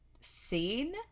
scene